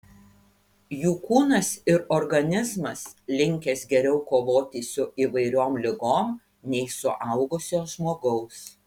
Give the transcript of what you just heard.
jų kūnas ir organizmas linkęs geriau kovoti su įvairiom ligom nei suaugusio žmogaus